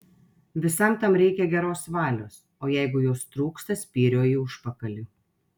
visam tam reikia geros valios o jeigu jos trūksta spyrio į užpakalį